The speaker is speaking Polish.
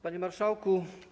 Panie Marszałku!